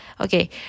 Okay